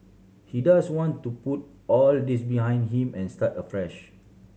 he does want to put all this behind him and start afresh